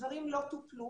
שדברים לא טופלו,